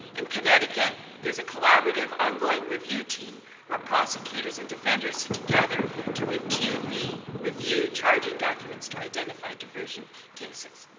in connecticut, there is a collaborative ongoing review team where prosecutors and defenders it together to retune the review charging documents to identify diversion cases.